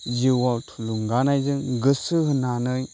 जिउआव थुलुंगानायजों गोसो होनानै